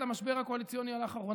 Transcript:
את המשבר הקואליציוני האחרון?